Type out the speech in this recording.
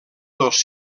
dos